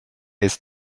ist